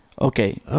Okay